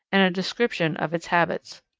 and a description of its habits.